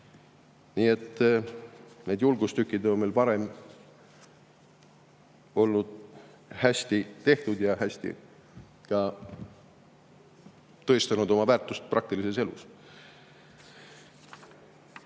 Nii et need julgustükid on meil varem olnud hästi tehtud ja ka hästi tõestanud oma väärtust praktilises elus.